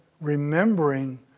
remembering